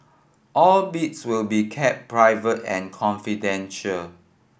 all bids will be kept private and confidential